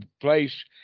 place